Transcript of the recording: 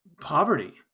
poverty